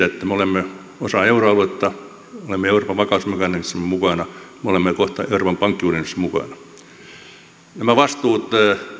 että olemme osa euroaluetta olemme euroopan vakausmekanismissa mukana me olemme kohta euroopan pankkiunionissa mukana nämä vastuut